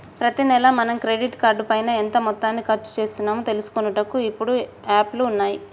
ప్రతి నెల మనం క్రెడిట్ కార్డు పైన ఎంత మొత్తాన్ని ఖర్చు చేస్తున్నాము తెలుసుకొనుటకు ఇప్పుడు యాప్లు ఉన్నాయి